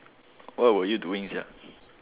what were you doing sia